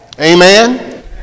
Amen